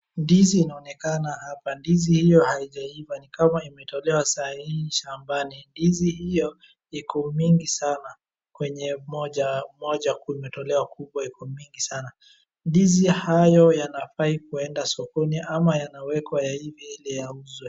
Ndizi inaonekana hapa. Ndizi hiyo haijaiva, ni kama imetolewa sa hii shambani. Ndizi hiyo iko mingi sana kwenye moja... moja kuu imetolewa, kubwa iko mingi sana. Ndizi hayo yanafai kuenda sokoni ama yanawekwa yaive ili yauzwe.